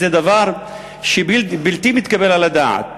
וזה דבר בלתי מתקבל על הדעת.